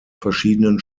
verschiedenen